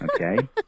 Okay